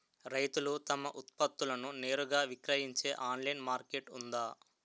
రైతులు తమ ఉత్పత్తులను నేరుగా విక్రయించే ఆన్లైన్ మార్కెట్ ఉందా?